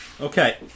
Okay